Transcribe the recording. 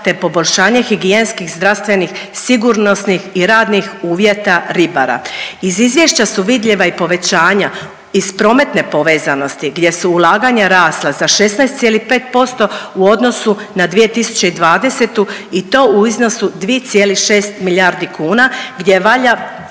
te poboljšanje higijenskih zdravstvenih, sigurnosnih i radnih uvjeta ribara. Iz izvješća su vidljiva i povećanja iz prometne povezanosti gdje su ulaganja rasla za 16,5% u odnosu na 2020. i to u iznosu 2,6 milijardi kuna gdje valja